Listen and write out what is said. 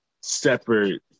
separate